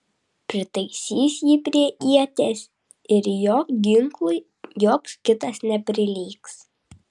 pritaisys jį prie ieties ir jo ginklui joks kitas neprilygs